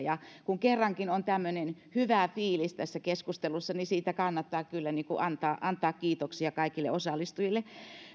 kun kerrankin on tämmöinen hyvä fiilis tässä keskustelussa niin siitä kannattaa kyllä antaa antaa kiitoksia kaikille osallistujille